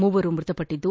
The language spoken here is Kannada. ಮೂವರು ಮೃತಪಟ್ಟದ್ದು